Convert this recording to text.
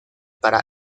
para